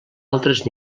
altres